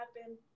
happen